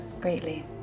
greatly